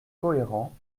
cohérent